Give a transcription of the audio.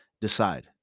decide